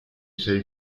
sei